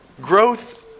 Growth